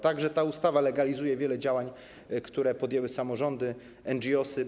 Tak że ta ustawa legalizuje wiele działań, które podjęły samorządy, NGOs.